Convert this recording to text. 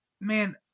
man